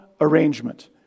arrangement